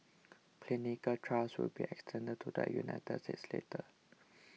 clinical trials will be extended to the United States later